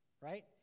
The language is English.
right